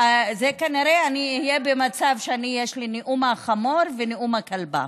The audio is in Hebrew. כנראה אני אהיה במצב שיש לי נאום החמור ונאום הכלבה,